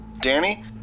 Danny